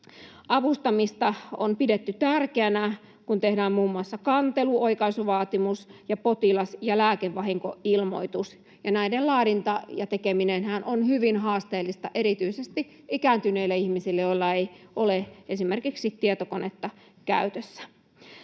Avustamista on pidetty tärkeänä, kun tehdään muun muassa kantelu, oikaisuvaatimus ja potilas- ja lääkevahinkoilmoitus. Näiden laadinta ja tekeminenhän on hyvin haasteellista erityisesti ikääntyneille ihmisille, joilla ei ole esimerkiksi tietokonetta käytössä.